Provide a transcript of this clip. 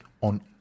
on